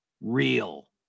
real